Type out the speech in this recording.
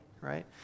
Right